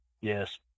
Yes